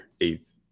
eighth